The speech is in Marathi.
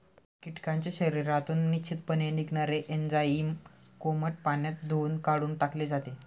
कीटकांच्या शरीरातून निश्चितपणे निघणारे एन्झाईम कोमट पाण्यात धुऊन काढून टाकले जाते